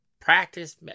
Practice